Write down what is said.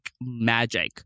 magic